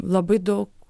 labai daug